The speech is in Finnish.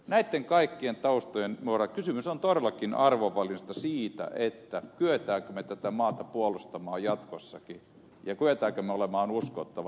näitten kaikkien taustojen nojalla kysymys on todellakin arvovalinnoista siitä kykenemmekö me tätä maata puolustamaan jatkossakin ja kykenemmekö olemaan uskottava